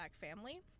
family